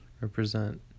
represent